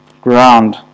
ground